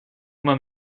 moi